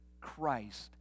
Christ